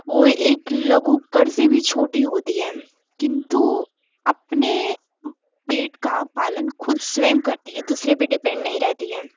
वो एक लघुकर से भी छोटी होती है किन्तु अपने पेट का पालन खुद स्वयं करती है दूसरे पे डिपेंड नहीं रहती है